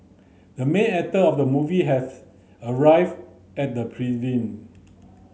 the main actor of the movie arrived at the